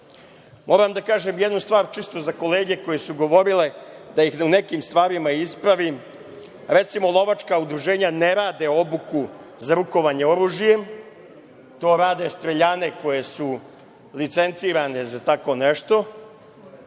da kažem jednu stvar, čisto za kolege koje su govorile da ih u nekim stvarima ispravim, recimo, lovačka udruženja ne rade obuku za rukovanje oružjem, to rade streljane koje su licencirane za tako nešto,